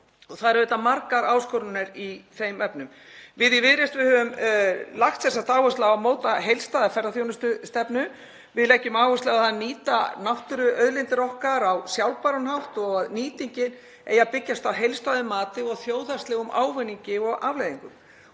Það eru auðvitað margar áskoranir í þeim efnum. Við í Viðreisn höfum lagt áherslu á að móta heildstæða ferðaþjónustustefnu. Við leggjum áherslu á að nýta náttúruauðlindir okkar á sjálfbæran hátt og að nýtingin eigi að byggjast á heildstæðu mati og þjóðhagslegum ávinningi og afleiðingum.